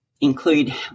include